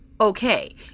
Okay